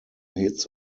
hits